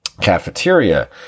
cafeteria